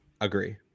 agree